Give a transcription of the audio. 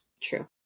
True